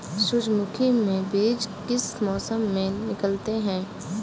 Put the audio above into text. सूरजमुखी में बीज किस मौसम में निकलते हैं?